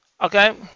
Okay